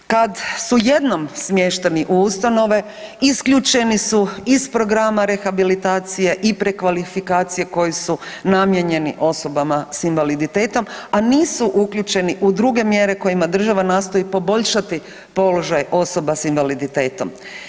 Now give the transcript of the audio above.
Kad su jednom smješteni u ustanove isključeni su iz programa rehabilitacije i prekvalifikacije koji su namijenjeni osobama s invaliditetom, a nisu uključeni u druge mjere kojima država nastoji poboljšati položaj osoba s invaliditetom.